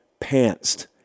pantsed